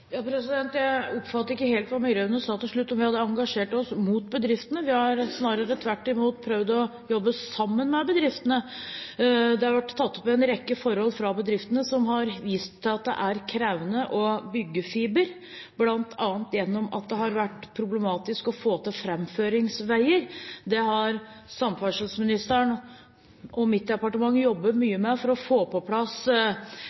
Jeg oppfattet ikke helt hva Myraune sa til slutt, om vi hadde engasjert oss mot bedriftene. Snarere tvert imot, vi har prøvd å jobbe sammen med bedriftene. Det har vært tatt opp en rekke forhold hos bedriftene, som har vist til at det er krevende å bygge fiber, bl.a. fordi det har vært problematisk å få til framføringsveier. Samferdselsministeren og mitt departement